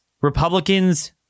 Republicans